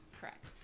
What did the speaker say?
Correct